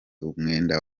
umwenda